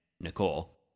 Nicole